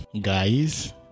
guys